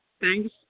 Thanks